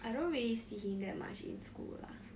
I don't really see him that much in school lah